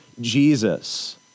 Jesus